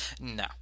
no